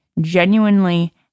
genuinely